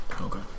okay